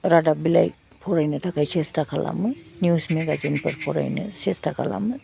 रादाब बिलाइ फरायनो थाखाय सेस्था खालामो निउस मेगाजिनफोर फरायनो सेस्था खालामो